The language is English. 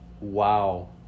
Wow